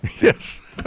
Yes